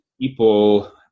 people